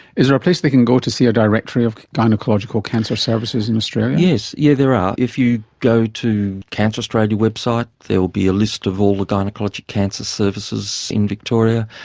is there a place they can go to see a directory of gynaecological cancer services in australia? yes, yeah there are. if you go to cancer australia website there will be a list of all the gynaecologic cancer services in victoria.